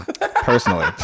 personally